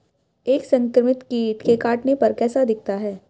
एक संक्रमित कीट के काटने पर कैसा दिखता है?